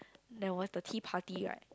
that was the tea party right